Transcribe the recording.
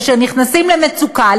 כאשר הם נכנסים למצוקה,